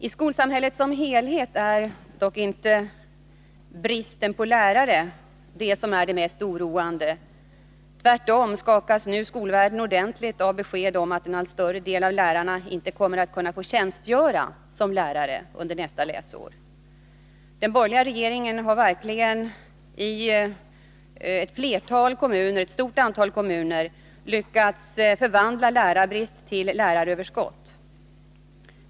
I skolsamhället som helhet är dock inte bristen på lärare det mest oroande. Tvärtom skakas nu skolvärlden ordentligt av beskedet om att en allt större del av lärarna inte kommer att kunna få tjänstgöra såsom lärare under nästa budgetår. Den borgerliga regeringen har verkligen i ett stort antal kommuner lyckats förvandla lärarbristen till läraröverskott.